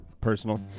personal